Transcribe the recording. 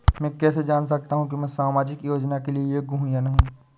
मैं कैसे जान सकता हूँ कि मैं सामाजिक योजना के लिए योग्य हूँ या नहीं?